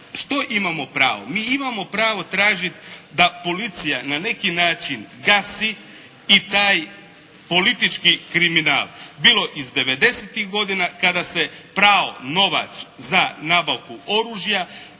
što imamo pravo? Mi imamo pravo tražiti da policija na neki način gasi i taj politički kriminal bilo iz devedesetih godina kada se prao novac za nabavku oružja,